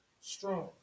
strong